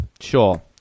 Sure